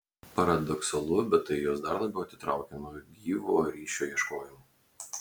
paradoksalu bet tai juos dar labiau atitraukia nuo gyvo ryšio ieškojimo